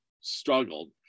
struggled